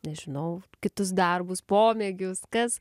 nežinau kitus darbus pomėgius kas